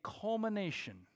culmination